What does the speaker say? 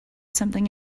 something